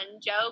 joke